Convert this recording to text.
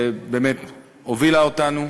שבאמת הובילה אותנו,